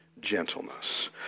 gentleness